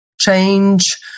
change